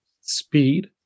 speed